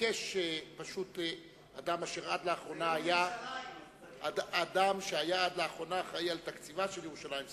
ביקש אדם אשר עד לאחרונה היה אחראי על תקציבה של ירושלים,